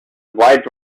wide